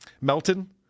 Melton